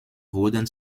wurden